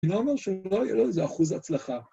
אני לא אומר שהוא לא יראה, זה אחוז הצלחה.